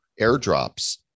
airdrops